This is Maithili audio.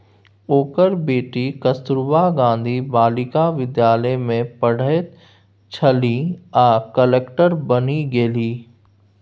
ओकर बेटी कस्तूरबा गांधी बालिका विद्यालय मे पढ़ैत छलीह आ कलेक्टर बनि गेलीह